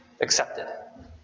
accepted